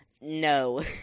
No